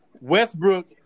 Westbrook